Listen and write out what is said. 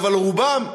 אבל רובם,